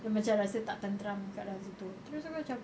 dia macam rasa tak tenteram kat dalam situ terus aku macam